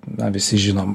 na visi žinom